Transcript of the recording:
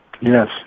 Yes